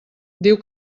diu